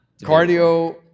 Cardio